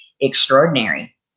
extraordinary